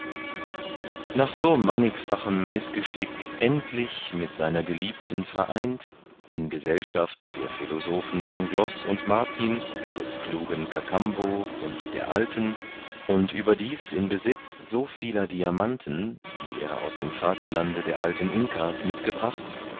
nach so mannigfachen mißgeschick endlich mit seiner geliebten vereint in gesellschaft der philosophen pangloß und martin des klugen kakambo und der alten und überdies in besitz so vieler diamanten die er aus dem vaterlande der alten inka's mitgebracht